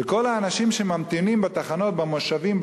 וכל האנשים שממתינים בתחנות במושבים,